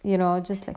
you know just like